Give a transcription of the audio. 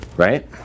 right